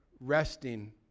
resting